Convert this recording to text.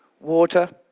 water,